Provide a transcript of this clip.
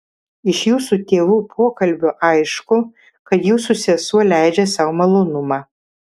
iš jūsų tėvų pokalbio aišku kad jūsų sesuo leidžia sau malonumą